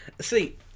See